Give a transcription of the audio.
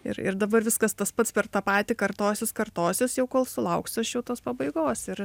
ir ir dabar viskas tas pats per tą patį kartosis kartosis jau kol sulauksiu aš jau tos pabaigos ir